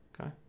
Okay